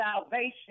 salvation